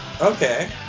Okay